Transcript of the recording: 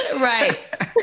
Right